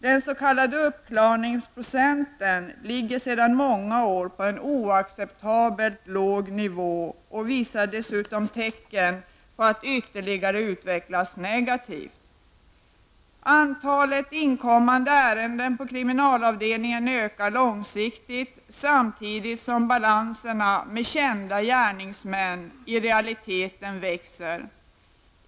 Den s.k. uppklarningsprocenten ligger sedan många år på en oacceptabelt låg nivå och visar dessutom tecken på att ytterligare utvecklas negativt. Antalet inkommande ärenden på kriminalavdelningarna ökar långsiktigt samtidigt som balanserna med kända gärningsmän i realiteten växer.